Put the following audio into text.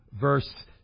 verse